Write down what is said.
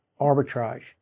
arbitrage